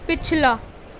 پچھلا